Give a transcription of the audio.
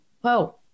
whoa